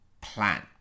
plan